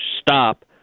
stop